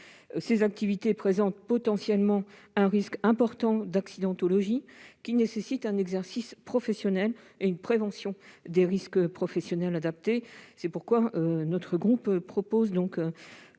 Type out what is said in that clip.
Ces activités présentent potentiellement un risque important d'accidentologie, qui nécessite un exercice professionnel et une prévention des risques professionnels adaptés. Nous proposons donc